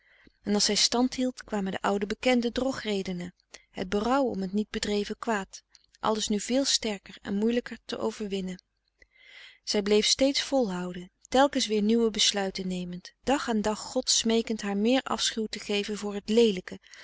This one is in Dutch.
en als zij stand hield kwamen de oude bekende drogredenen het berouw om t niet bedreven kwaad alles nu veel sterker en moeielijker te overwinnen frederik van eeden van de koele meren des doods zij bleef toch volhouden telkens weer nieuwe besluiten nemend dag aan dag god smeekend haar meer afschuw te geven voor het leelijke